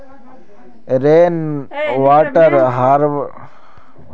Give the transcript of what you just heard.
rain water harvesting आज्कार समयेर मांग छे